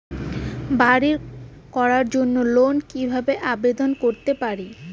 বাড়ি করার জন্য লোন কিভাবে আবেদন করতে পারি?